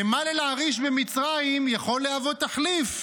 נמל אל-עריש במצרים יכול להוות תחליף,